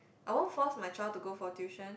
I won't force my child to go for tuition